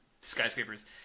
skyscrapers